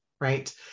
right